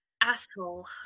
Asshole